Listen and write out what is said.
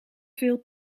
veel